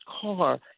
car